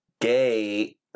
gay